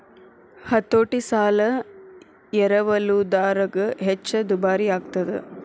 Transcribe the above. ಹತೋಟಿ ಸಾಲ ಎರವಲುದಾರಗ ಹೆಚ್ಚ ದುಬಾರಿಯಾಗ್ತದ